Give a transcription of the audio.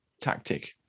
tactic